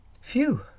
Phew